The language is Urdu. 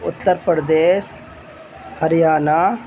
اتّر پردیش ہریانہ